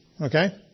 okay